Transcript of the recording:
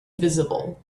visible